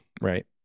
right